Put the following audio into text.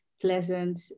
pleasant